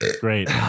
Great